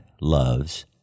loves